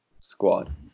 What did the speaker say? squad